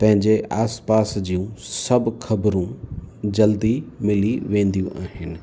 पंहिंजे आस पास जूं सभु ख़बरूं जल्दी मिली वेंदियूं आहिनि